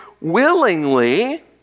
willingly